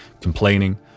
complaining